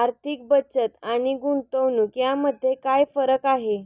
आर्थिक बचत आणि गुंतवणूक यामध्ये काय फरक आहे?